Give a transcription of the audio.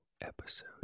episode